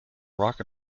rock